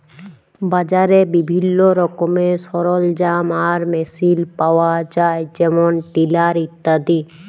বাজারে বিভিল্ল্য রকমের সরলজাম আর মেসিল পাউয়া যায় যেমল টিলার ইত্যাদি